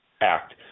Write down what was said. Act